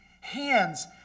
hands